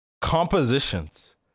compositions